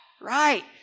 right